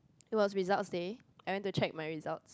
it was results day I went to check my results